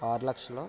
ఆరు లక్షలు